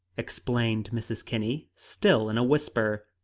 explained mrs. kinney, still in a whisper.